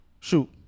shoot